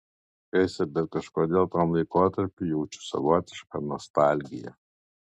keista bet kažkodėl tam laikotarpiui jaučiu savotišką nostalgiją